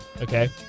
Okay